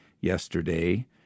yesterday